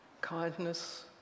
kindness